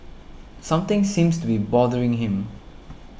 something seems to be bothering him